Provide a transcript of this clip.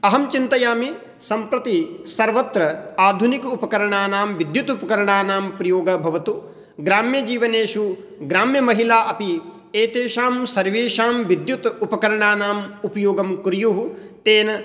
अहं चिन्तयामि सम्प्रति सर्वत्र आधुनिक उपकरणानां विद्युत् उपकरणानां प्रयोगः भवतु ग्राम्यजीवनेषु ग्राम्यमहिलाः अपि एतेषां सर्वेषां विद्युत् उपकरणानाम् उपयोगं कुर्युः तेन